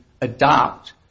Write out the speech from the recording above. adopt